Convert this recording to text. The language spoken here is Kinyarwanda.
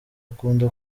akunda